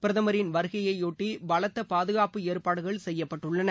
பிரதமரின் வருகையையொட்டி பலத்த பாதுகாப்பு ஏற்பாடுகள் செய்யப்பட்டுள்ளன